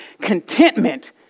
contentment